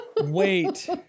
wait